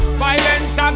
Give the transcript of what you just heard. violence